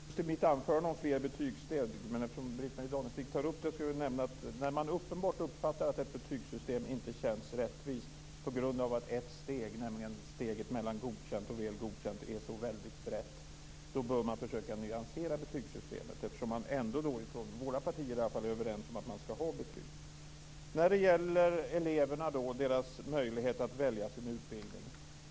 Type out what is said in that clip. Fru talman! Jag sade i och för sig ingenting i mitt anförande om fler betygssteg. Men eftersom Britt Marie Danestig tar upp det vill jag nämna att när ett betygssystem uppenbarligen inte uppfattas som rättvist på grund av att ett steg, nämligen steget mellan Godkänt och Väl godkänt, är så väldigt brett bör man försöka nyansera betygssystemet, eftersom man ändå - åtminstone från våra partier - är överens om att ha betyg. Sedan gällde det eleverna och deras möjlighet att välja sin utbildning.